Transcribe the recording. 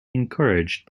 encouraged